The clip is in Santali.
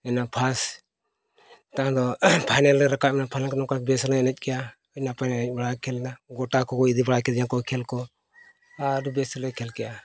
ᱤᱱᱟᱹ ᱯᱷᱟᱥ ᱛᱟᱭᱱᱚᱢᱫᱚ ᱯᱷᱟᱭᱱᱮᱞ ᱞᱮ ᱨᱟᱠᱟᱵ ᱮᱱᱟ ᱯᱷᱟᱭᱱᱮᱞ ᱱᱚᱝᱠᱟ ᱵᱮᱥ ᱞᱮ ᱮᱱᱮᱡ ᱠᱮᱜᱼᱟ ᱤᱱᱟᱹ ᱯᱚᱨᱮ ᱟᱹᱭᱩᱵ ᱵᱮᱲᱟ ᱠᱷᱮᱞᱫᱟ ᱜᱳᱴᱟ ᱠᱚ ᱤᱫᱤ ᱵᱟᱲᱟ ᱠᱤᱫᱤᱧᱟ ᱠᱚ ᱠᱷᱮᱞ ᱠᱚ ᱟᱨ ᱵᱮᱥ ᱞᱮ ᱠᱷᱮᱞ ᱠᱮᱜᱼᱟ